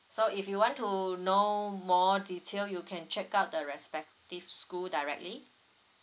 so if you want to know more detail you can check out the respective school directly